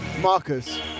Marcus